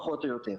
פחות או יותר.